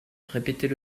répétait